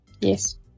Yes